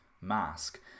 mask